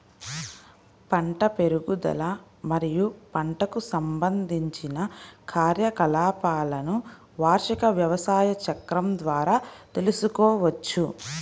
పంట పెరుగుదల మరియు పంటకు సంబంధించిన కార్యకలాపాలను వార్షిక వ్యవసాయ చక్రం ద్వారా తెల్సుకోవచ్చు